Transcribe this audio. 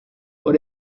por